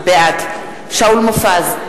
בעד שאול מופז,